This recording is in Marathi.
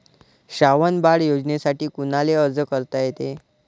श्रावण बाळ योजनेसाठी कुनाले अर्ज करता येते?